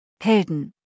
Helden